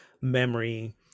memory